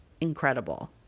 incredible